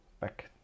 back